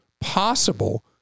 possible